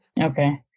Okay